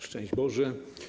Szczęść Boże!